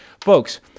folks